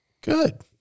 Good